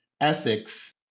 ethics